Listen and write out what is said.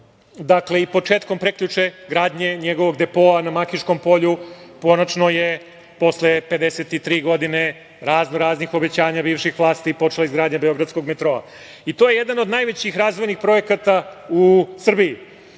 reći. Početkom prekjuče gradnje njegovog depoa na Makiškom polju, konačno je posle 53 godine razno-raznih obećanja bivših vlasti počela izgradnja Beogradskog metroa. To je jedan od najvećih razvojnih projekata u Srbiji.